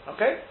Okay